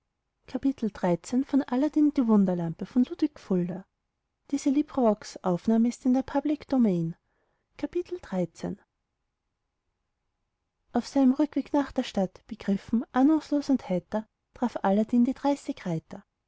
antlitz schleifen auf seinem rückweg nach der stadt begriffen ahnungslos und heiter traf aladdin die dreißig